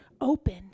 open